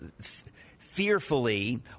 fearfully